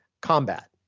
combat